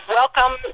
welcome